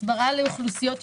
"הסברה לאוכלוסיות ייחודיות"